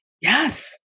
Yes